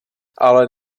ale